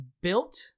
Built